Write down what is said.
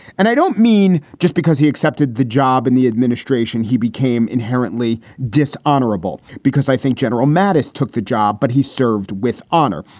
and i don't mean just because he accepted the job in the administration, he became inherently dishonorable because i think general mattis took the job. but he served with honor,